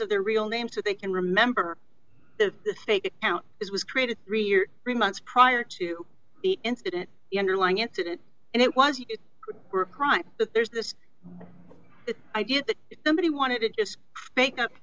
of their real names so they can remember the fake account it was created three year three months prior to the incident the underlying incident and it was a crime but there's this idea that if somebody wanted to just make up